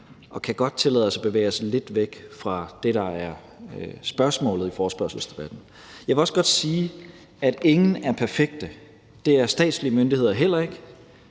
og kan godt tillade os at bevæge os lidt væk fra det, der er spørgsmålet i forespørgselsdebatten. Jeg vil også godt sige, at ingen er perfekte. Det er statslige myndigheder heller ikke,